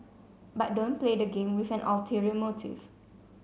but don't play the game with an ulterior motive